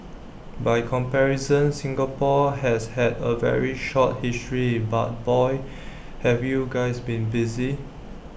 by comparison Singapore has had A very short history but boy have you guys been busy